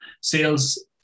sales